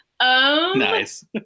Nice